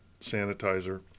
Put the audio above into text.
sanitizer